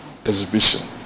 exhibition